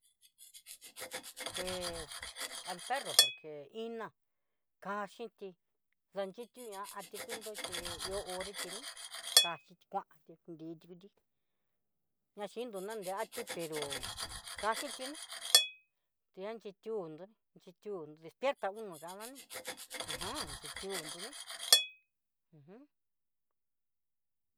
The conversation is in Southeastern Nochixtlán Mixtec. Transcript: Pues al perro por que iná, kachinti datiunñatí kundo xhi ihó onreti ní kaxhiti kuanti, nriuti kuti naxhinto na nriatí pero, kaxiti ní tiaxhi tiundó chitiundo despierta uno danani ajam xhitiu tó ní uj.